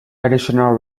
additional